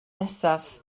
nesaf